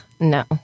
No